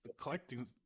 collecting